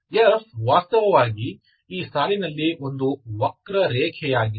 F ವಾಸ್ತವವಾಗಿ ಈ ಸಾಲಿನಲ್ಲಿ ಒಂದು ವಕ್ರರೇಖೆ ಆಗಿದೆ